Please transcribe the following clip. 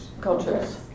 Cultures